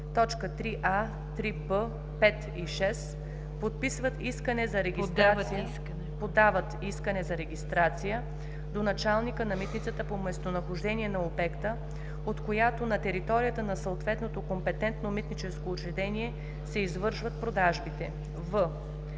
1, т. 3а, 3б, 5 и 6 подават искане за регистрация до началника на митницата по местонахождение на обекта, от която на територията на съответното компетентно митническо учреждение се извършват продажбите.“;